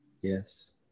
Yes